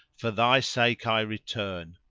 for thy sake i return,